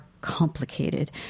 complicated